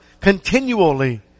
continually